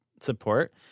support